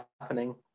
happening